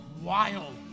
wild